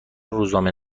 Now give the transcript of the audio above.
روزنامه